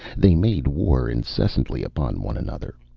they made war incessantly upon one another.